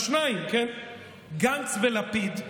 השניים, גנץ ולפיד,